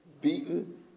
beaten